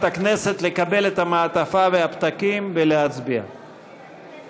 מצביע יולי יואל אדלשטיין, מצביע אמיר